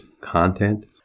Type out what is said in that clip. content